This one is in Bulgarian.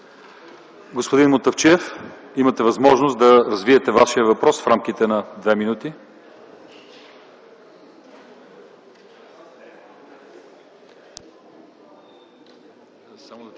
Господин Мутафчиев, имате възможност да развиете Вашия въпрос в рамките на две минути.